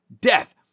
Death